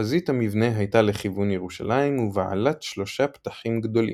חזית המבנה הייתה לכיוון ירושלים ובעלת שלושה פתחים גדולים.